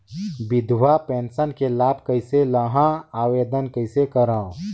विधवा पेंशन के लाभ कइसे लहां? आवेदन कइसे करव?